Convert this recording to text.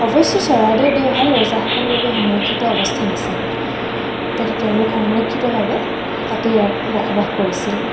অৱশ্যে চৰাইদেউ দেওশাল ৰজাসকলৰ বাবে সংৰক্ষিত অৱস্থান আছিল তাতে তেওঁলোক সংৰক্ষিতভাৱে তাতেই বসবাস কৰিছিল